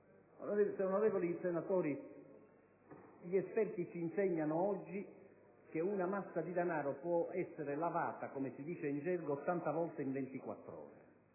Onorevoli senatori, gli esperti ci insegnano oggi che una massa di denaro può essere lavata (come si dice in gergo) 80 volte in 24 ore